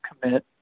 commit